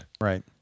Right